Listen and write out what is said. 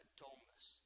dullness